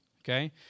Okay